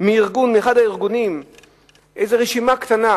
מאחד הארגונים רשימה קטנה